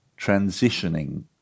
transitioning